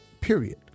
period